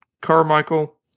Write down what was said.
Carmichael